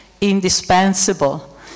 indispensable